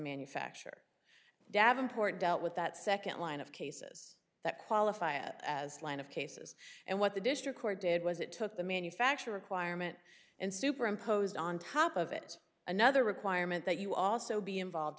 manufacture davenport dealt with that second line of cases that qualify as line of cases and what the district court did was it took the manufacture requirement and superimposed on top of it another requirement that you also be involved